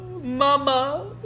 Mama